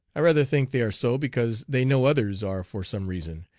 i rather think they are so because they know others are for some reason,